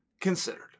considered